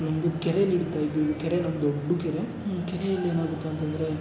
ನಮ್ಮದು ಕೆರೆಯಲ್ಲಿ ಹಿಡೀತ ಇದ್ವಿ ಕೆರೆ ನಮ್ದು ದೊಡ್ಡ ಕೆರೆ ಈ ಕೆರೆಯಲ್ಲಿ ಏನಾಗುತ್ತೆ ಅಂತಂದರೆ